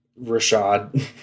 Rashad